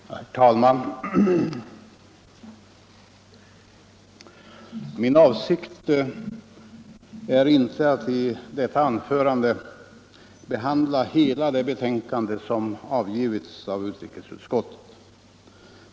Herr talman! Min avsikt är inte att i detta anförande behandla hela det betänkande nr 4 som avgivits av utrikesutskottet.